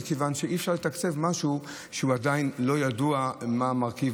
כיוון שאי-אפשר לתקצב משהו שעדיין לא ידוע ממה הוא מורכב,